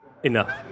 Enough